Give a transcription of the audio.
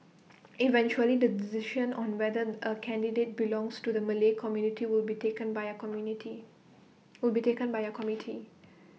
eventually the decision on whether A candidate belongs to the Malay community will be taken by A committee